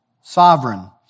sovereign